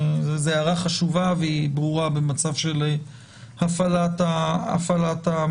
זו הערה חשובה והיא ברורה במצב של הפעלת המלוניות.